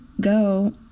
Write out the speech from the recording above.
go